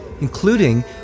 including